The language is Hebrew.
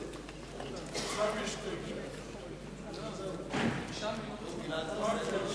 הצעת סיעות רע"ם-תע"ל להביע אי-אמון